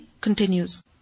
continues